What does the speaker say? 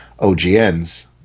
OGNs